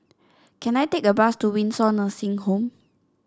can I take a bus to Windsor Nursing Home